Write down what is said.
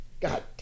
God